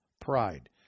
pride